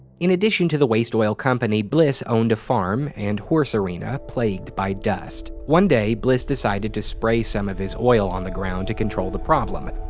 in addition to the waste oil company, bliss owned a farm and horse arena plagued by dust. one day, bliss decided to spray some of his oil on the ground to control the problem.